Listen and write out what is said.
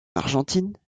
argentine